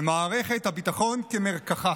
ומערכת הביטחון כמרקחה.